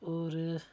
होर